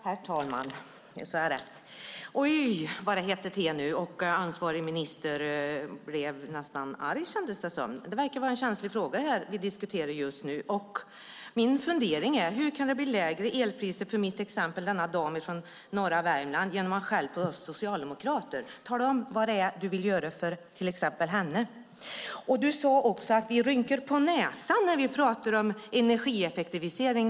Herr talman! Oj, vad det hettar till nu. Ansvarig minister blev nästan arg, kändes det som. Det verkar vara en känslig fråga som vi just nu diskuterar. Min fundering är: Hur kan det bli lägre elpriser för denna dam från norra Värmland, som jag tog upp som exempel, genom att man skäller på oss socialdemokrater? Tala om vad du vill göra för till exempel henne! Du sade också att vi har rynkat på näsan när ministern har pratat om energieffektivisering.